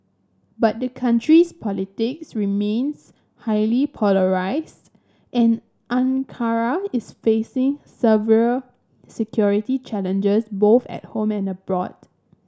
but the country's politics remains highly polarised and Ankara is facing severe security challenges both at home and abroad